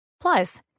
Plus